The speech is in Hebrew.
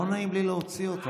לא נעים לי להוציא אותך,